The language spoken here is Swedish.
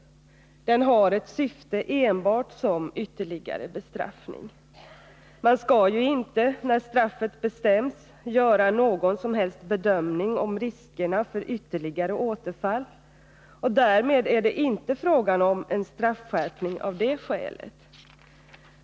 Den har ett syfte enbart som ytterligare bestraffning. Man skall ju inte, när straffet bestäms, göra någon som helst bedömning om riskerna för ytterligare återfall, och därmed är det inte fråga om en straffskärpning av det skälet.